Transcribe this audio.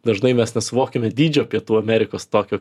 dažnai mes nesuvokiame dydžio pietų amerikos tokio